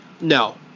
No